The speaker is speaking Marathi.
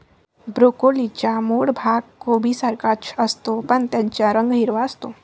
ब्रोकोलीचा मूळ भाग कोबीसारखाच असतो, पण त्याचा रंग हिरवा असतो